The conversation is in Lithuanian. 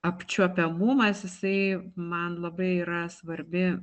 apčiuopiamumas jisai man labai yra svarbi